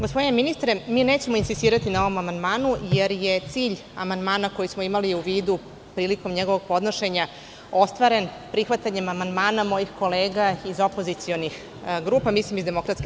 Gospodine ministre, mi nećemo insistirati na ovom amandmanu jer je cilj amandmana koji smo imali u vidu prilikom njegovog podnošenja ostvaren prihvatanjem amandmana mojih kolega iz opozicionih grupa, mislim iz DS.